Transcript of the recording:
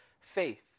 faith